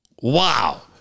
Wow